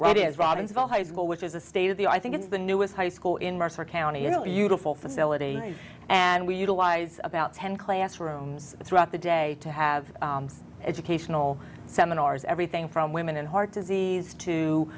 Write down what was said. right is robbinsville high school which is a state of the i think it's the newest high school in mercer county you know util full facility and we utilize about ten classrooms throughout the day to have educational seminars everything from women and heart disease to